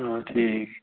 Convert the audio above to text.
آ ٹھیٖک